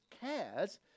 cares